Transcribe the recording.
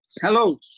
Hello